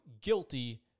guilty